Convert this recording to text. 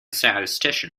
statistician